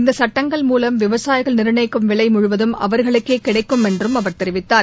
இந்த சுட்டங்கள் மூலம் விவசாயிகள் நிர்ணயிக்கும் விலை முழுவதும் அவர்களுக்கே கிடைக்கும் என்றும் அவர் தெரிவித்தார்